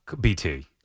BT